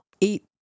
eat